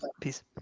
peace